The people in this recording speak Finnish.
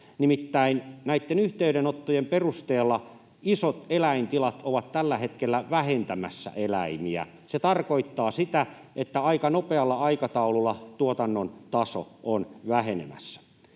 Nimittäin näitten yhteydenottojen perusteella isot eläintilat ovat tällä hetkellä vähentämässä eläimiä. Se tarkoittaa sitä, että aika nopealla aikataululla tuotannon taso on vähenemässä.